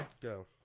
Go